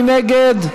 מי נגד?